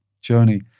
journey